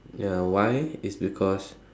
ya why is because